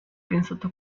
pensato